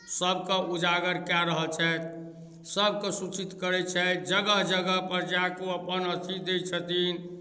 सभकेँ उजागर कए रहल छथि सभके सूचित करै छथि जगह जगहपर जा कऽ ओ अपन अथी दै छथिन